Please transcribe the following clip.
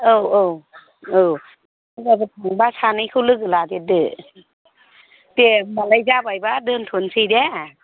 औ औ औ सोरबाफोर थांबा सानैखौ लोगो लादेरदो दे होनबालाय जाबायबा दोनथ'नोसै दे